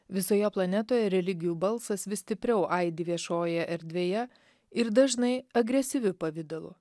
visoje planetoje religijų balsas vis stipriau aidi viešojoje erdvėje ir dažnai agresyviu pavidalu